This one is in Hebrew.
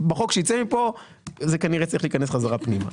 בחוק שייצא מפה זה כנראה צריך להיכנס חזרה פנימה.